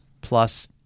plus